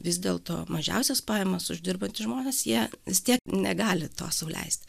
vis dėl to mažiausias pajamas uždirbantys žmonės jie vis tiek negali to sau leisti